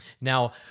Now